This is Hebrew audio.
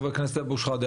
חבר הכנסת אבו-שחאדה,